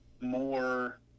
more